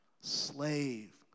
slave